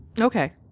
Okay